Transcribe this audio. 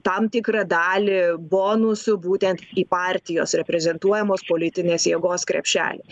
tam tikrą dalį bonusų būtent į partijos reprezentuojamos politinės jėgos krepšelį